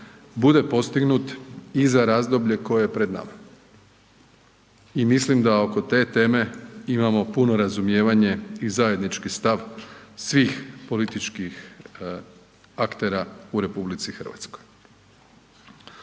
bude postignut i za razdoblje koje je pred nama i mislim da oko te teme imamo puno razumijevanje i zajednički stav svih političkih aktera u RH.